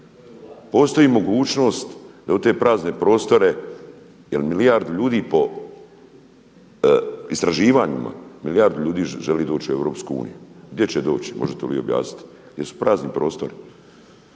Postoji mogućnost da u te prazne prostore, jer milijardu ljudi po istraživanjima, milijardu ljudi želi doći u EU. Gdje će doći? Možete li objasniti, gdje su prazni prostori.